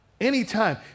anytime